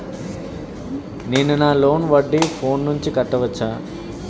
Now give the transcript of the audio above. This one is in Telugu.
నేను నా లోన్ వడ్డీని ఫోన్ నుంచి కట్టవచ్చా?